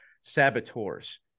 saboteurs